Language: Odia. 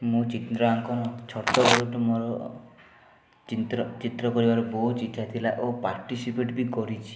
ମୁଁ ଚିତ୍ରାଙ୍କନ ଛୋଟବେଳୁ ତ ମୋର ଚିତ୍ର ଚିତ୍ର କରିବାର ବହୁତ ଇଚ୍ଛା ଥିଲା ଓ ପାର୍ଟିସିପେଟ୍ ବି କରିଛି